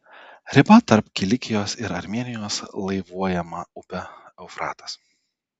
riba tarp kilikijos ir armėnijos laivuojama upė eufratas